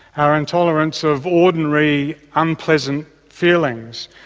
our intolerance of ordinary unpleasant feelings.